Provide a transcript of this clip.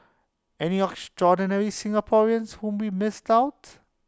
any extraordinary Singaporeans whom we missed out